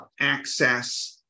access